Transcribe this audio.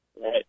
right